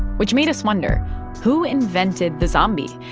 which made us wonder who invented the zombie,